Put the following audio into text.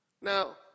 Now